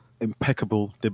impeccable